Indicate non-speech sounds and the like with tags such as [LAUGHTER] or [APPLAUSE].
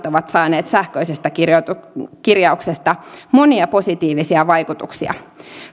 [UNINTELLIGIBLE] ovat saaneet sähköisestä kirjauksesta kirjauksesta monia positiivisia vaikutuksia